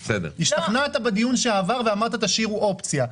השתכנעת בדיון הקודם ואמרת: תשאירו אופציה.